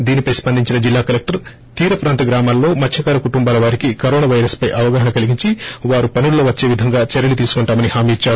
దీనిపై స్పందించిన జిల్లా కలెక్టర్ తీర ప్రాంత గ్రామాల్లో మత్య్నకార కుటుంబాల వారికి కరోనా పైరస్ పై అవగాహన కలిగించి వారు పనుల్లో వచ్చే విధంగా చర్యలు తీసుకుంటామని హామీ ఇద్చారు